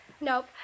Nope